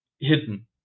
hidden